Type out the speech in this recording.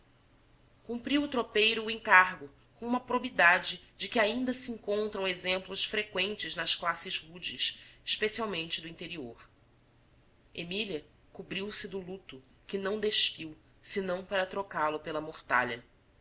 cumpriu o tropeiro o encargo com uma probidade de que ainda se encontram exemplos freqüentes nas classes rudes especialmente do interior emília cobriu-se do luto que não despiu senão para trocá-lo pela mortalha